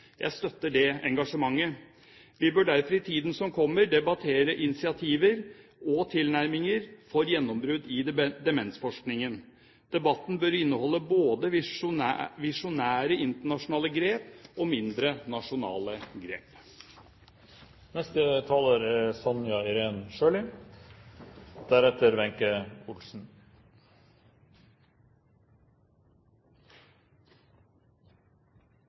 Jeg støtter det engasjementet. Vi bør derfor i tiden som kommer, debattere initiativer og tilnærminger for gjennombrudd i demensforskningen. Debatten bør inneholde både visjonære internasjonale grep og mindre, nasjonale grep. Målet for helse- og omsorgspolitikken er